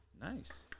Nice